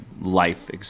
life